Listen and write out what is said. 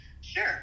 Sure